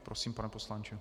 Prosím, pane poslanče.